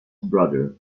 brother